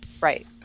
Right